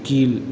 கீழ்